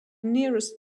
nearest